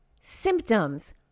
Symptoms